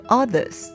others